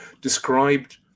described